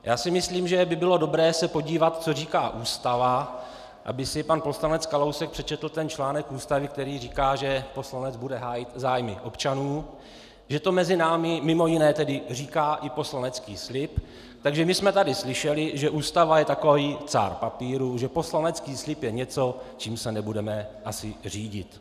Já si myslím, že by bylo dobré se podívat, co říká Ústava, aby si pan poslanec Kalousek přečetl ten článek Ústavy, který říká, že poslanec bude hájit zájmy občanů, že to mezi námi mj. tedy říká i poslanecký slib, takže my jsme tady slyšeli, že Ústava je takový cár papíru, že poslanecký slib je něco, čím se nebudeme asi řídit.